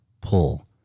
pull